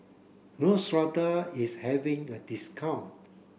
Neostrata is having a discount